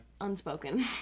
Unspoken